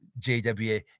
JWA